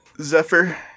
Zephyr